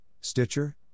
Stitcher